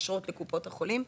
אשרות לקופות החולים.